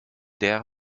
der